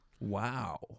Wow